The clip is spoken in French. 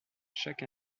chaque